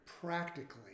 practically